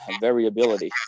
variability